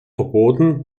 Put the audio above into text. verboten